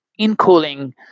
InCooling